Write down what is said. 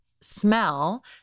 smell